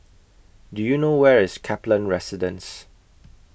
Do YOU know Where IS Kaplan Residence